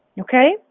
Okay